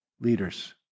leaders